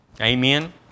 Amen